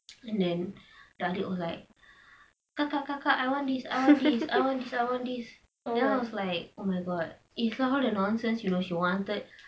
and then dia was like kakak kakak I want this I want this I want this I want this then I was like oh my god it's all the nonsense you know she wanted